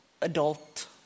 adult